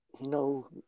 No